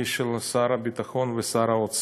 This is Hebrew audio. היא של שר הביטחון ושר האוצר,